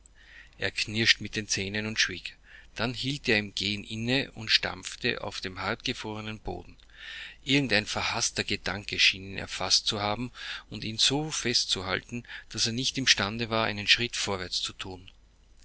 er knirschte mit den zähnen und schwieg dann hielt er im gehen inne und stampfte auf den hartgefrorenen boden irgend ein verhaßter gedanke schien ihn erfaßt zu haben und ihn so fest zu halten daß er nicht imstande war einen schritt vorwärts zu thun